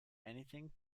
anything